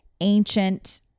ancient